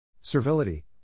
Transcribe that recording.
Servility